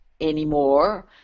anymore